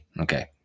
okay